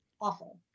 awful